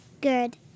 Good